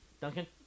Duncan